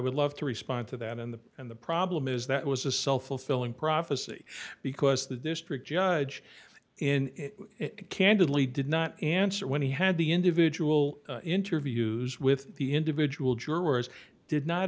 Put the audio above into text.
would love to respond to that and the and the problem is that it was a self fulfilling prophecy because the district judge in candidly did not answer when he had the individual interviews with the individual jurors did not